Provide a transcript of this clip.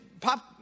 pop